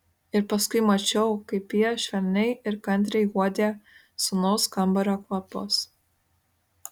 ir paskui mačiau kaip ji švelniai ir kantriai uodė sūnaus kambario kvapus